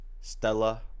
Stella